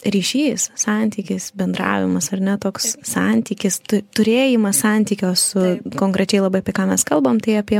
ryšys santykis bendravimas ar ne toks santykis tu turėjimas santykio su konkrečiai labai apie ką mes kalbam tai apie